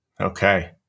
Okay